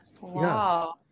Wow